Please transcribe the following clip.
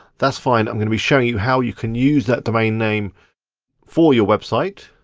that's fine, i'm gonna be showing you how you can use that domain name for your website.